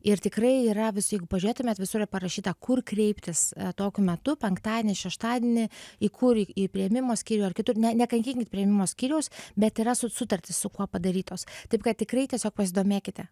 ir tikrai yra visi jeigu pažiūrėtumėt visur yra parašyta kur kreiptis tokiu metu penktadienį šeštadienį į kur į priėmimo skyrių ar kitur ne nekankinkit priėmimo skyriaus bet yra su sutartys su kuo padarytos taip kad tikrai tiesiog pasidomėkite